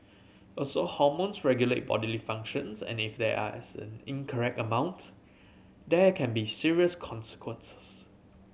also hormones regulate bodily functions and if there are as an incorrect amount there can be serious consequences